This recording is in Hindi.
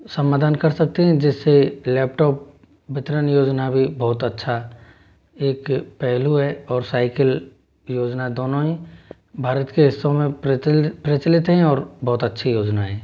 समाधान कर सकते हैं जैसे लैपटॉप वितरण योजना भी बहुत अच्छा एक पहलू है और साइकिल योजना दोनों ही भारत के हिस्सों मे प्रचल प्रचलित हैं और बहुत अच्छी योजना हैं